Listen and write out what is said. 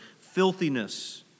filthiness